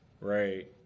right